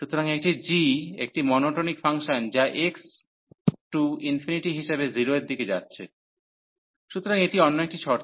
সুতরাং এটি g একটি মনোটোনিক ফাংশন যা X →∞ হিসাবে 0 এর দিকে যাচ্ছে সুতরাং এটি অন্য একটি শর্ত